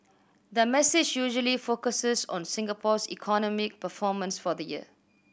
the message usually focuses on Singapore's economic performance for the year